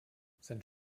sind